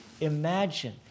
imagine